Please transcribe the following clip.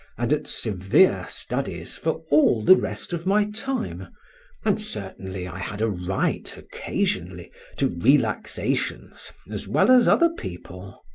and at severe studies for all the rest of my time and certainly i had a right occasionally to relaxations as well as other people.